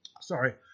Sorry